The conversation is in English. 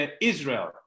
Israel